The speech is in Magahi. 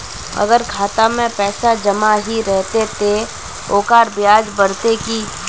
अगर खाता में पैसा जमा ही रहते ते ओकर ब्याज बढ़ते की?